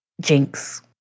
Jinx